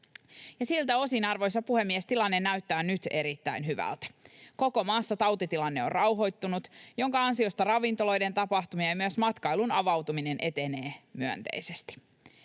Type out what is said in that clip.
Siltä osin, arvoisa puhemies, tilanne näyttää nyt erittäin hyvältä. Koko maassa tautitilanne on rauhoittunut, minkä ansiosta ravintoloiden, tapahtumien ja myös matkailun avautuminen etenee myönteisesti.